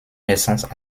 naissance